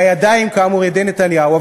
והידיים כאמור ידי נתניהו,